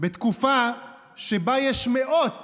בתקופה שבה יש מאות